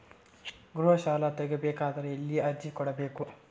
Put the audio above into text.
ಗೃಹ ಸಾಲಾ ತಗಿ ಬೇಕಾದರ ಎಲ್ಲಿ ಅರ್ಜಿ ಕೊಡಬೇಕು?